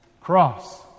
cross